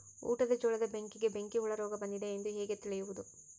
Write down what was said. ಊಟದ ಜೋಳದ ಬೆಳೆಗೆ ಬೆಂಕಿ ಹುಳ ರೋಗ ಬಂದಿದೆ ಎಂದು ಹೇಗೆ ತಿಳಿಯುವುದು?